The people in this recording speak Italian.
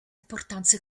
importanza